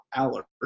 Aller